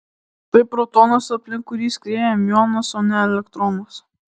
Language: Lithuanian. tai protonas aplink kurį skrieja miuonas o ne elektronas